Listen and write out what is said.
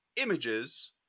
images